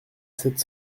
sept